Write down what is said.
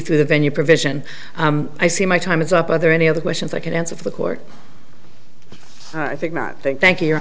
through the venue provision i see my time is up whether any other questions i can answer for the court i think not i think thank you